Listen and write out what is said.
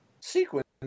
Sequence